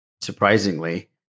surprisingly